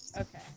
Okay